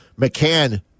McCann